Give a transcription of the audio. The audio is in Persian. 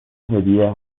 هدیه